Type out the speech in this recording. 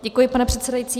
Děkuji, pane předsedající.